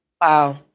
Wow